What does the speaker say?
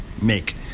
make